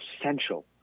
essential